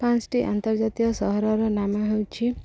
ପାଞ୍ଚଟି ଆନ୍ତର୍ଜାତୀୟ ସହରର ନାମ ହେଉଛି